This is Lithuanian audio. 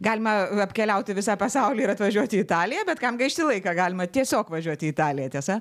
galima apkeliauti visą pasaulį ir atvažiuot į italiją bet kam gaišti laiką galima tiesiog važiuot į italiją tiesa